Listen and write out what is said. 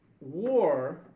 war